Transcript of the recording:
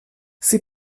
sie